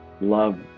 love